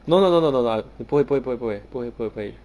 no no no no no no 不会不会不会不会不会不会不会